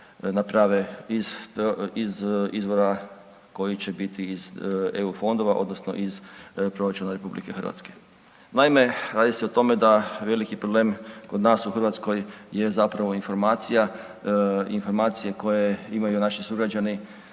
naprave iz izvora koji će biti iz eu fondova odnosno iz proračuna RH. Naime, radi se o tome da veliki problem kod nas u Hrvatskoj je zapravo informacija, informacije koje imaju naši sugrađani